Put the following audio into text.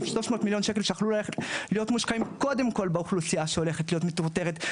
שיכלו ללכת להיות מושקעים קודם כל באוכלוסייה שהולכת להיות מטורטרת,